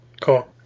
Cool